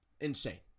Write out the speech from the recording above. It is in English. insane